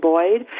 Boyd